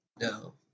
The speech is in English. No